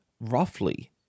roughly